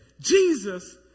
Jesus